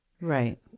Right